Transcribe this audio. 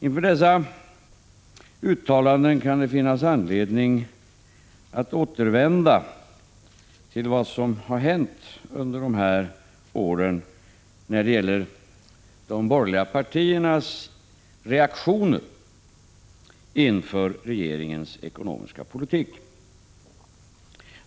Inför dessa uttalanden kan det finnas anledning att återvända till vad som har hänt under de här åren när det gäller de borgerliga partiernas reaktioner inför regeringens ekonomiska politik.